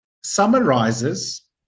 summarizes